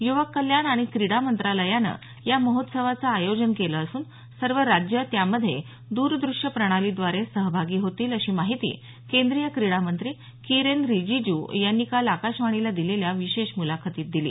य्वक कल्याण आणि क्रीडा मंत्रालयानं या महोत्सवाचं आयोजन केलं असून सर्व राज्यं त्यामध्ये द्रदृश्य प्रणालीद्वारे सहभागी होतील अशी माहिती केंद्रीय क्रीडा मंत्री किरेन रिजीजू यांनी काल आकाशवाणीला दिलेल्या विशेष मुलाखतीत दिली